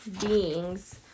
beings